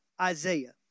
Isaiah